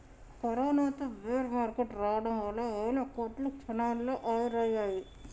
కరోనాతో bear market రావడం వల్ల వేల కోట్లు క్షణాల్లో ఆవిరయ్యాయి